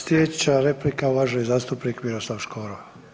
Sljedeća replika uvaženi zastupnik Miroslav Škoro.